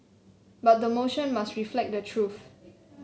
but the motion must reflect the truth